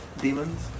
demons